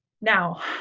Now